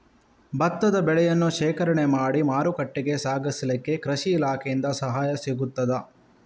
ಭತ್ತದ ಬೆಳೆಯನ್ನು ಶೇಖರಣೆ ಮಾಡಿ ಮಾರುಕಟ್ಟೆಗೆ ಸಾಗಿಸಲಿಕ್ಕೆ ಕೃಷಿ ಇಲಾಖೆಯಿಂದ ಸಹಾಯ ಸಿಗುತ್ತದಾ?